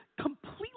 completely